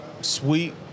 sweet